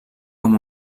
amb